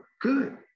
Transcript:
good